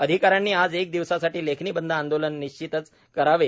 अधिकाऱ्यांनी आज एक दिवसासाठी लेखनी बंद आंदोलन निश्चितच करावे